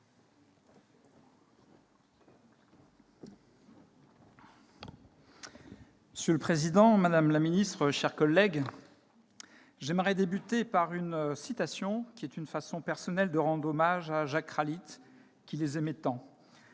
Monsieur le président, madame la ministre, cher collègue, j'aimerais commencer mon propos par une citation ; c'est une façon personnelle de rendre hommage à Jack Ralite, qui les aimait tant.